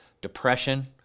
Depression